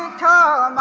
da